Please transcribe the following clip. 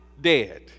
dead